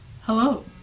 Hello